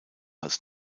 als